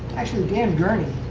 actually, dan gurney,